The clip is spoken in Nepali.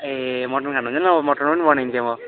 ए मटन खानु हुँदैन नभए मटन पनि बनाइदिन्थेँ म